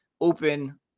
open